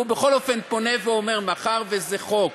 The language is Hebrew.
הוא בכל אופן פונה ואומר: מאחר שזה חוק,